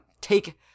take